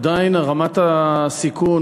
עדיין רמת הסיכון